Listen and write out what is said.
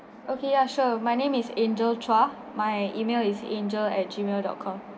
okay ya sure my name is angel chua my email is angel at gmail dot com